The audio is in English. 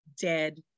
dead